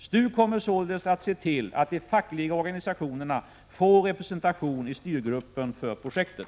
STU kommer således att se till att de fackliga organisationerna får representation i styrgruppen för projektet.